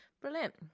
brilliant